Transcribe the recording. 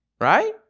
right